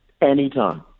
Anytime